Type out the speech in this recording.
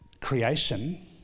creation